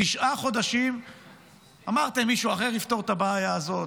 תשעה חודשים אמרתם: מישהו אחר יפתור את הבעיה הזאת,